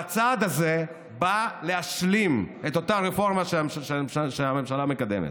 והצעד הזה בא להשלים את אותה רפורמה שהממשלה מקדמת.